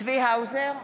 צבי האוזר,